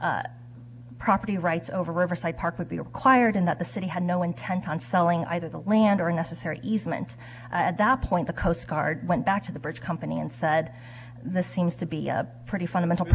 that property rights over riverside park would be acquired in that the city had no intent on selling either the land or necessary easement at that point the coast guard went back to the bridge company and said the seems to be a pretty fun